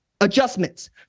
adjustments